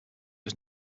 was